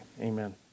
Amen